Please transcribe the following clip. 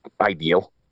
ideal